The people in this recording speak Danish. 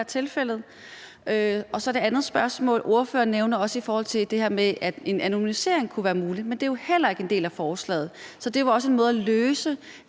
tilfældet? Det andet spørgsmål handler om, at ordføreren nævner det her med, at en anonymisering kunne være mulig. Men det er jo heller ikke en del af forslaget. Så det var også en måde at løse